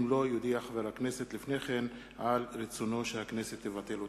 אם לא יודיע חבר הכנסת לפני כן על רצונו שהכנסת תבטל אותה.